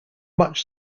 much